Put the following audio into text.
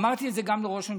אמרתי את זה גם לראש הממשלה,